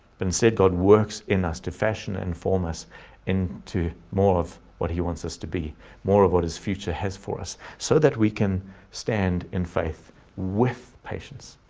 instead, god works in us to fashion inform us in to more of what he wants us to be more of what his future has for us, so that we can stand in faith with patients.